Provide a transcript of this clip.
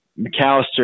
McAllister